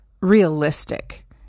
realistic